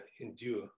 endure